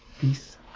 Peace